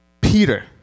Peter